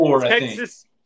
Texas